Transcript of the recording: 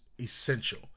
essential